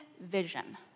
vision